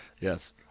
Yes